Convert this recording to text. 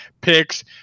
Picks